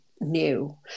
new